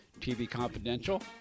tvconfidential